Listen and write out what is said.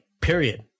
period